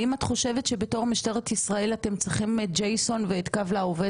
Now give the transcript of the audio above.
האם את חושבת שבתור משטרת ישראל אתם צריכים את ג'ייסון ואת "קו לעובד",